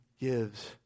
gives